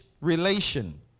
relation